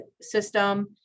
system